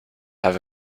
have